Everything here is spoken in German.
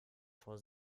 vor